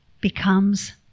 becomes